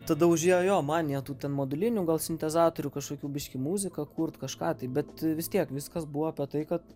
tada užėjo jo manija tų ten modulinių gal sintezatorių kažkokių biški muziką kurt kažką tai bet vis tiek viskas buvo apie tai kad